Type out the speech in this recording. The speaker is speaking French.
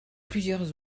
plusieurs